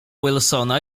wilsona